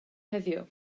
heddiw